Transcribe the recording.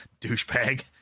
Douchebag